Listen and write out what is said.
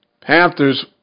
Panthers